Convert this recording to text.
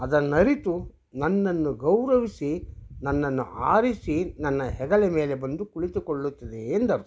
ಅದನ್ನರಿತು ನನ್ನನ್ನು ಗೌರವಿಸಿ ನನ್ನನ್ನು ಆರಿಸಿ ನನ್ನ ಹೆಗಲ ಮೇಲೆ ಬಂದು ಕುಳಿತುಕೊಳ್ಳುತ್ತದೆ ಎಂದರು